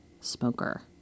smoker